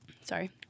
Sorry